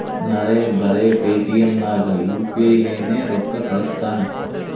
ನಾರೇ ಬರೆ ಪೇಟಿಎಂ ನಾಗ್ ಯು ಪಿ ಐ ಲೇನೆ ರೊಕ್ಕಾ ಕಳುಸ್ತನಿ